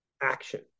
action